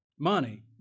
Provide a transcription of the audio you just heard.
Money